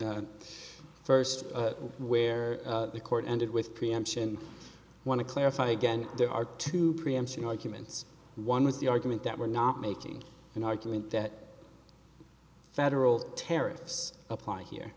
the first where the court ended with preemption want to clarify again there are two preemption arguments one was the argument that we're not making an argument that federal tariffs apply here